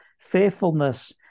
faithfulness